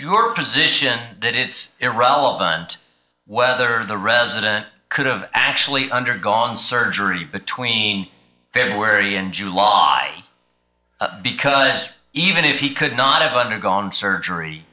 your position that it's irrelevant whether the resident could've actually undergone surgery between february and jude law i because even if he could not have undergone surgery